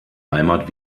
heimat